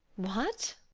what!